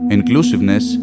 Inclusiveness